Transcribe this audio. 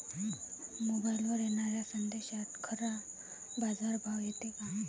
मोबाईलवर येनाऱ्या संदेशात खरा बाजारभाव येते का?